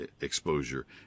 exposure